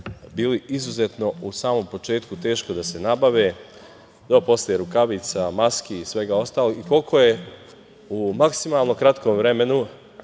bilo izuzetno u samom početku teško nabaviti do posle rukavica, maski i svega ostalog. Koliko je u maksimalno kratkom vremenu